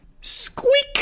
squeak